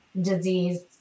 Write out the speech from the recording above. disease